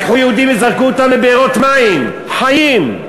לקחו יהודים וזרקו אותם לבארות מים חיים.